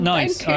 Nice